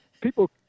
people